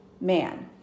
man